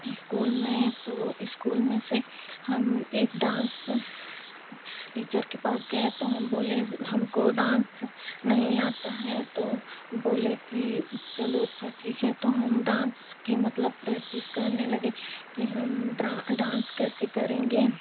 school में तो school में से हम एक डांस टीचर के पास गए तो हम बोले हमको डांस नहीं आता है तो बोले कि चलो अच्छा ठीक है तो हम डांस की मतलब प्रेक्टिस करने लगे की हम डांस कैसे करेंगे